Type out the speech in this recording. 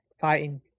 fighting